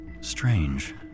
Strange